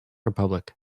republic